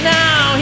now